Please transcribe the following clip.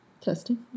Testing